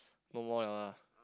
no more [liao] lah